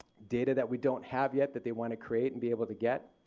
data that we don't have yet that they want to create and be able to get.